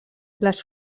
les